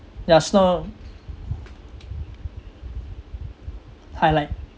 yeah snow highlight